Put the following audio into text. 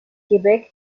quebec